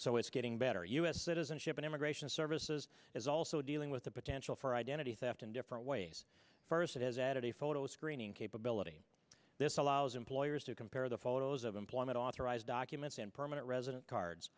so it's getting better u s citizenship and immigration services is also dealing with the potential for identity theft in different ways first it has added a photo screening capability this allows employers to compare the photos of employment authorized documents and permanent resident cards